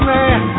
Man